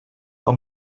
mae